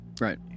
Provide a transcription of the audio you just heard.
right